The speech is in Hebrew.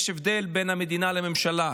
יש הבדל בין המדינה לממשלה.